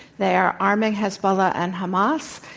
they're arming hezbollah and hamas.